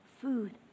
food